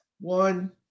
One